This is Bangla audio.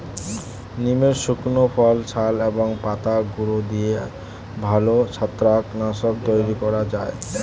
নিমের শুকনো ফল, ছাল এবং পাতার গুঁড়ো দিয়ে ভালো ছত্রাক নাশক তৈরি করা যায়